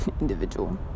individual